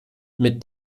mit